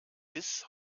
bis